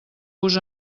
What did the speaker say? vos